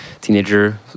teenager